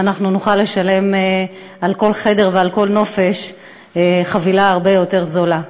נוכל לשלם על כל חדר ועל כל נופש חבילה הרבה יותר זולה,